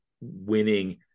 winning